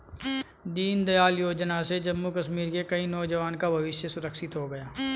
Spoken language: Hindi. दीनदयाल योजना से जम्मू कश्मीर के कई नौजवान का भविष्य सुरक्षित हो गया